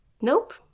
nope